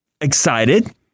excited